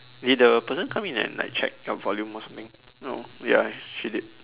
did the person come in and like check your volume or something no ya she did